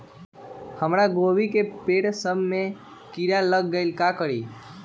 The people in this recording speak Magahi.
हमरा गोभी के पेड़ सब में किरा लग गेल का करी?